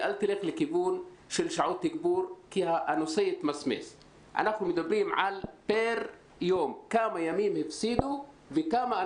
או שאנחנו אומרים להם שהכול מצוין ומתאים,